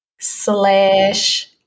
slash